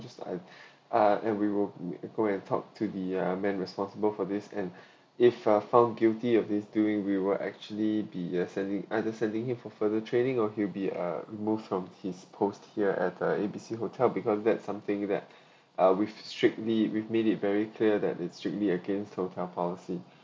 just I ah and we will we go and talk to the uh man responsible for this and if uh found guilty of this doing we will actually be uh sending either sending him for further training or he'll be uh removed from his post here at uh A B C hotel because that's something that ah we strictly we made it very clear that it's strictly against hotel policy